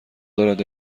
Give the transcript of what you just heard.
دارد